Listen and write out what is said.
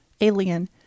alien